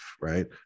right